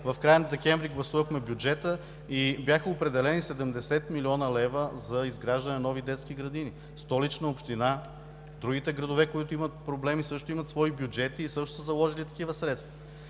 в края на декември гласувахме бюджета и бяха определени 70 млн. лв. за изграждане на нови детски градини в Столична община. Другите градове, които имат проблеми, също имат свои бюджети и също са заложили такива средства.